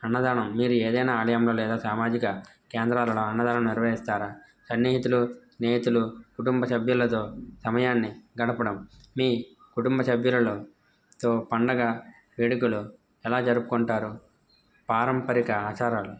అన్నదానం మీరు ఏదైనా ఆలయంలో లేదా సామాజిక కేంద్రాలలో అన్నదానం నిర్వహిస్తారా సన్నిహితులు స్నేహితులు కుటుంబ సభ్యులతో సమయాన్ని గడపడం మీ కుటుంబ సభ్యులలో తో పండగ వేడుకలు ఎలా జరుపుకుంటారు పారంపరిక ఆచారాలు